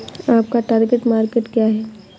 आपका target market क्या है?